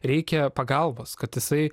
reikia pagalbos kad jisai